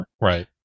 right